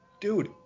dude